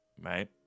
right